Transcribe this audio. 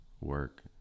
work